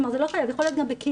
כלומר שזה יכול להיות גם בקהילות,